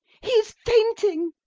he is fainting!